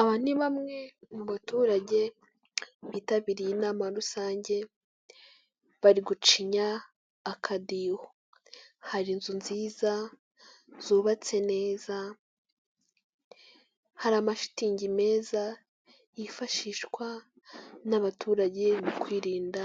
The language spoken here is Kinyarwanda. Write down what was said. Aba ni bamwe mu baturage bitabiriye inama rusange bari gucinya akadiho, hari inzu nziza zubatse neza, hari amashitingi meza yifashishwa n'abaturage mu kwirinda